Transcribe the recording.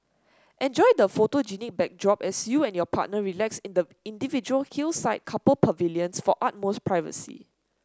enjoy the photogenic backdrop as you and your partner relax in the individual hillside couple pavilions for utmost privacy